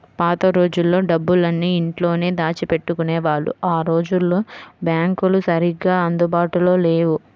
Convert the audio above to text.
పాత రోజుల్లో డబ్బులన్నీ ఇంట్లోనే దాచిపెట్టుకునేవాళ్ళు ఆ రోజుల్లో బ్యాంకులు సరిగ్గా అందుబాటులో లేవు